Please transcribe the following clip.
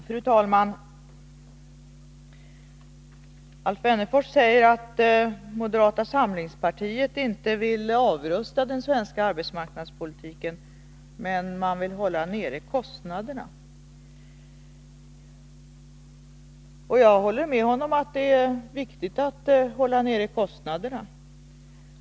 Fru talman! Alf Wennerfors säger att moderata samlingspartiet inte vill avrusta den svenska arbetsmarknadspolitiken men vill hålla nere kostnaderna. Jag håller med honom om att det är viktigt att hålla nere kostnaderna.